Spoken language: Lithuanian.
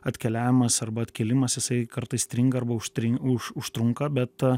atkeliavimas arba atkėlimas jisai kartais stringa arba užstrinužužtrunka bet